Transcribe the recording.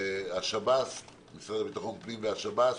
שמשרד לביטחון פנים והשב"ס,